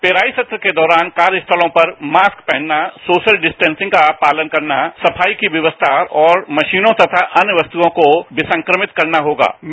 पेराई सत्र के दौरान कार्य स्थलों पर मास्क पहनना सोशल डिस्पॅसिंग का पालन करना सफाई की व्यवस्था और मशीनों तथा अन्य वस्तुओं को विसंक्रमित करना अनिवार्य होगा